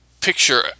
picture